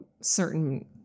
certain